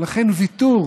ולכן ויתור